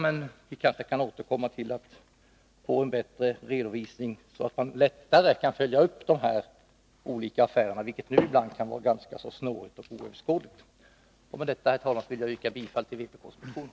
Men vi kanske kan återkomma och få en bättre redovisning, så att man lättare kan följa upp de olika affärerna, vilket nu ibland kan vara ganska snårigt och svårt. Med detta, herr talman, vill jag yrka bifall till vpk:s motioner.